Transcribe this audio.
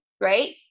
right